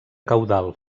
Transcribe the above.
caudal